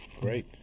great